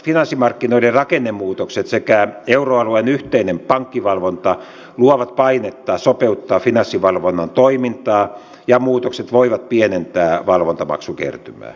tämänkaltaiset finanssimarkkinoiden rakennemuutokset sekä euroalueen yhteinen pankkivalvonta luovat painetta sopeuttaa finanssivalvonnan toimintaa ja muutokset voivat pienentää valvontamaksukertymää